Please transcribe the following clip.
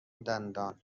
دندان